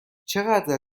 چقدر